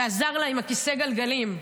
ועזר לה עם כיסא הגלגלים.